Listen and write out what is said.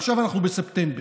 עכשיו אנחנו בספטמבר,